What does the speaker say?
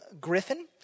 Griffin